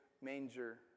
manger